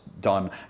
done